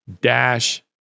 dash